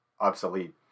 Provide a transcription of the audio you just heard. obsolete